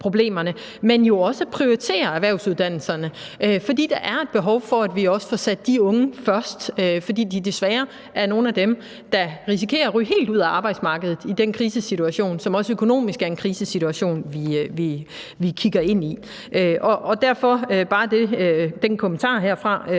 men jo også prioriterer erhvervsuddannelserne. For der er et behov for, at vi også får sat de unge først, fordi de desværre er nogle af dem, der risikerer at ryge helt ud af arbejdsmarkedet i den krisesituation, vi kigger ind i, og som også økonomisk er en krisesituation. Derfor har jeg bare den kommentar herfra